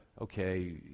okay